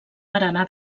barana